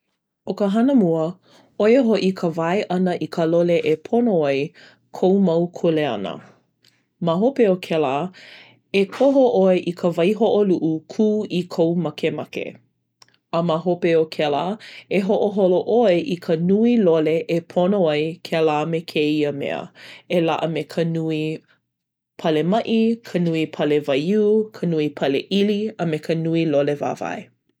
ʻO ka hana mua, ʻo ia hoʻi ka wae ʻana i ka lole e pono ai kou mau kuleana. Ma hope o kēlā, e koho ʻoe i ka waihoʻoluʻu kū i kou makemake. A ma hope o kēlā, e hoʻoholo ʻoe i ka nui lole e pono ai kēlā me kēia mea. E laʻa me ka nui pale maʻi, ka nui pale waiū, ka nui paleʻili, a me ka nui lole wāwae.